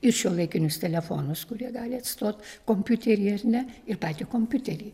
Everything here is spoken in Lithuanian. ir šiuolaikinius telefonus kurie gali atstot kompiuterį ar ne ir patį kompiuterį